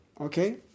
okay